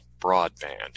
broadband